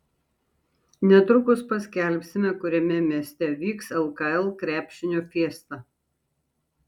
netrukus paskelbsime kuriame mieste vyks lkl krepšinio fiesta